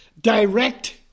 direct